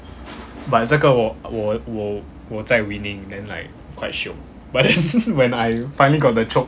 but 这个我我我我在 winning then like quite shiok but then when I finally got the choke